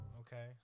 Okay